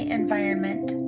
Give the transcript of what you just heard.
environment